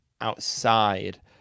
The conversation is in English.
outside